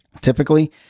typically